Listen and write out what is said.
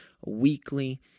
weekly